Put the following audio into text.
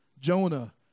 Jonah